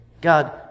God